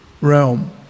realm